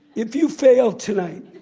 if you fail tonight,